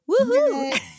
woohoo